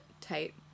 tight